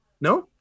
no